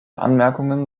anmerkungen